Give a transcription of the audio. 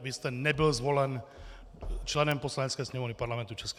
Vy jste nebyl zvolen členem Poslanecké sněmovny Parlamentu ČR.